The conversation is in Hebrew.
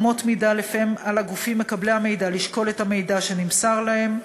אמות מידה שלפיהן על הגופים מקבלי המידע לשקול את המידע שנמסר להם,